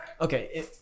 Okay